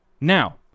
Now